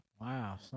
Wow